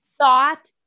thought